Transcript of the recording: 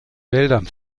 wäldern